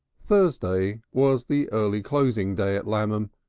thursday was the early closing day at lammam,